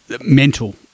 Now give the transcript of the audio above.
mental